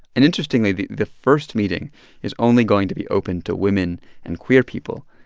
and interestingly, the the first meeting is only going to be open to women and queer people.